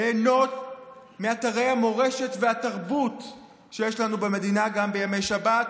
ליהנות מאתרי המורשת והתרבות שיש לנו במדינה גם בימי שבת.